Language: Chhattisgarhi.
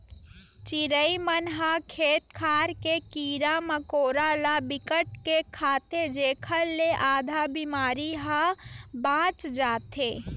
चिरई मन ह खेत खार के कीरा मकोरा ल बिकट के खाथे जेखर ले आधा बेमारी ह बाच जाथे